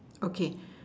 okay